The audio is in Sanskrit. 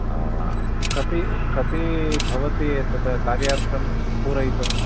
कति कति भवति तत् कार्यार्थं पूरयितुं